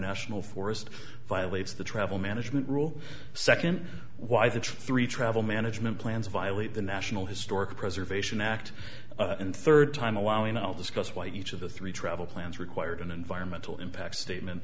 national forest violates the travel management rule second why the three travel management plans violate the national historic preservation act in third time allowing i'll discuss why each of the three travel plans required an environmental impact statement